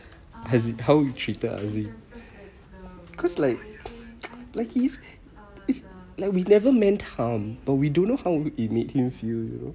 has it how you treated azim cause like like if if like we never meant harm but we do know how it made him feel you know